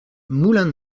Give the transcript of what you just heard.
moulin